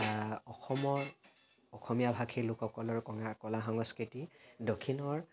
অসমৰ অসমীয়াভাষী লোকসকলৰ কলা কলা সংস্কৃতি দক্ষিণৰ